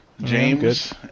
James